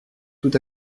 tout